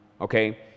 Okay